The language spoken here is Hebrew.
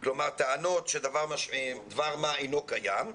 כלומר, טענות שדבר מה אינו קיים.